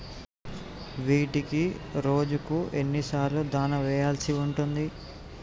వీటికి రోజుకు ఎన్ని సార్లు దాణా వెయ్యాల్సి ఉంటది?